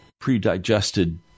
pre-digested